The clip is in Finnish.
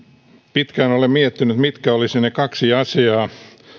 pitkään olen miettinyt mitkä olisivat ne kaksi asiaa